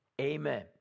Amen